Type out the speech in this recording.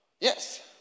Yes